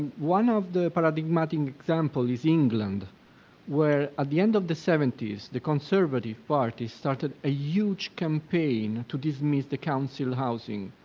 one of the paradigmatic example is england where at the end of the seventy s, the conservative party started a huge campaign to dismiss the council housing.